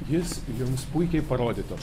jis jums puikiai parodytų